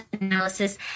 analysis